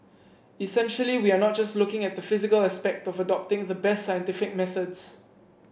essentially we are not just looking at the physical aspect of adopting the best scientific methods